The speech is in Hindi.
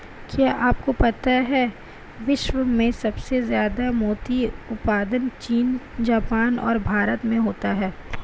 क्या आपको पता है विश्व में सबसे ज्यादा मोती उत्पादन चीन, जापान और भारत में होता है?